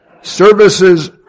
Services